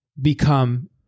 become